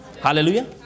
Hallelujah